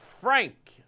Frank